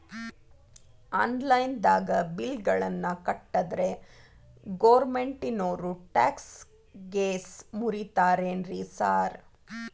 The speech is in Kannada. ಆನ್ಲೈನ್ ದಾಗ ಬಿಲ್ ಗಳನ್ನಾ ಕಟ್ಟದ್ರೆ ಗೋರ್ಮೆಂಟಿನೋರ್ ಟ್ಯಾಕ್ಸ್ ಗೇಸ್ ಮುರೇತಾರೆನ್ರಿ ಸಾರ್?